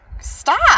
stop